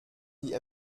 die